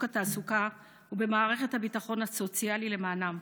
התעסוקה ובמערכת הביטחון הסוציאלי למענם.